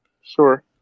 sure